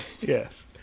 Yes